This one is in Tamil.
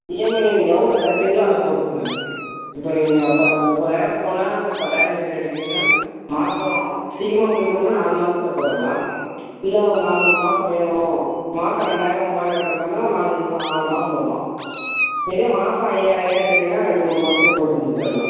இஎம்ஐயில நீங்கள் எவ்வளோ கட்டுறீங்களோ அதை பொறுத்துங்க இப்போ நீங்கள் அப்போ முப்பதாயராதுக்கு போனால் பத்தாயரம் கட்டிவிட்டு எடுக்குறீங்கன்னா மாதம் சீக்கிரமாக முடிக்கிற மாதிரி இருந்தால் நாலு மாதத்துல போட்ரலாம் இல்லை ஒரு நாலஞ்சு மாதம் வேணும் மாதம் ரெண்டாயிரம் மூவாயிரம் கட்டுற மாதிரின்னா நாலஞ்சு ஆறு மாதம் வரும் இதே மாதம் ஐயாயிரம் ஐயாயிரம் கட்டுறீங்கன்னா ரெண்டு மூணு மாதத்துலே போட்டு முடிச்சிரலாம்